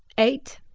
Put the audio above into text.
eight.